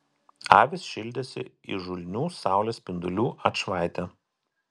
avys šildėsi įžulnių saulės spindulių atšvaite